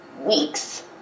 weeks